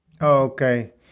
Okay